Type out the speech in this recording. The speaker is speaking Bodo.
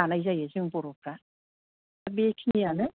दानाय जायो जों बर'फ्रा बेखिनियानो